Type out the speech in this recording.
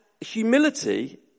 humility